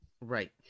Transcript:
Right